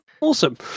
awesome